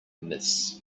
miss